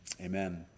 Amen